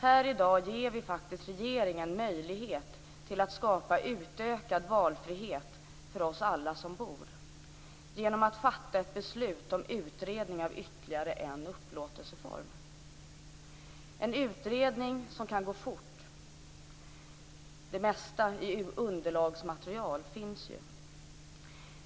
Här ger vi i dag faktiskt regeringen möjlighet att skapa utökad valfrihet för oss alla som bor, genom att fatta ett beslut om utredning av ytterligare en upplåtelseform. Det är en utredning som kan gå fort. Det mesta i underlagsmaterial finns ju.